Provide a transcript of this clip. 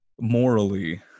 morally